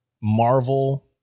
marvel